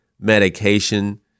medication